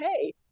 hey